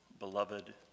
Beloved